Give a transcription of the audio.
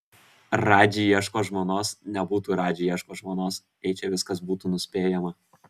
radži ieško žmonos nebūtų radži ieško žmonos jei čia viskas būtų nuspėjama